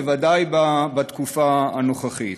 בוודאי בתקופה הנוכחית.